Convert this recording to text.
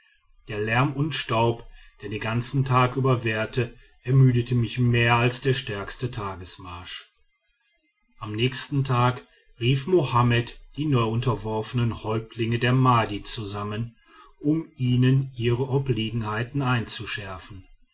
der lärm und staub der den ganzen tag über währte ermüdete mich mehr als der stärkste tagesmarsch am nächsten tag rief mohammed die neuunterworfenen häuptlinge der madi zusammen um ihnen ihre obliegenheiten einzuschärfen